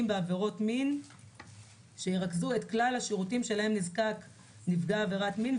בעבירות מין שירכזו את כלל השירותים שלהם נזקק נפגע עבירת מין,